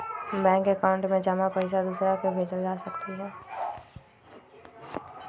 bank account में जमा पईसा दूसरा के भेजल जा सकलई ह